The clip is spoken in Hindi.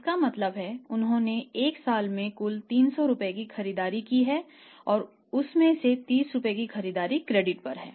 इसका मतलब है उन्होंने एक साल में कुल 300 रुपये की खरीदारी की है और उसमें से 30 रुपये की खरीदारी क्रेडिट पर है